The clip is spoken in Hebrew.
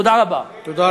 תודה רבה.